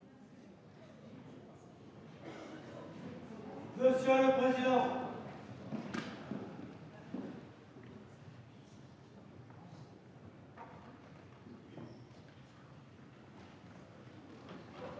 Monsieur le président,